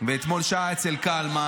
--- אתמול שעה אצל קלמן.